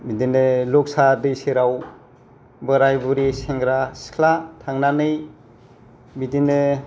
बिदिनो लकसा दै सेराव बोराइ बुरै सेंग्रा सिख्ला थांनानै बिदिनो